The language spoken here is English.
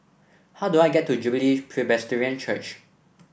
how do I get to Jubilee Presbyterian Church